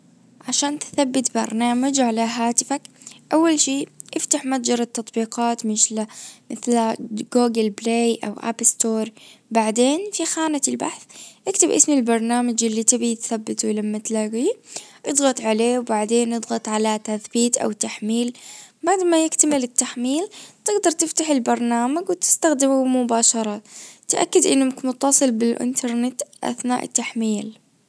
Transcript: عشان تثبت برنامج على هاتفك اول شيء افتح متجر التطبيقات مثل جوجل بلاي او اب ستور بعدين في خانة البحث اكتب اسم البرنامج اللي تبي تثبته لما تلاجيه اضغط عليه وبعدين اضغط على تثبيت او تحميل بعد ما يكتمل التحميل تجدر تفتح البرنامج وتستخدمه مباشرة تأكد انك متصل بالانترنت اثناء التحميل.